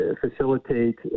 facilitate